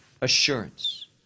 assurance